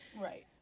Right